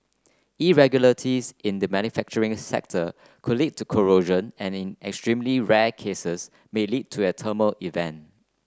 irregularities in the manufacturing could lead to corrosion and in extremely rare cases may lead to a thermal event